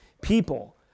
people